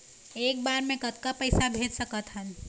एक बार मे कतक पैसा भेज सकत हन?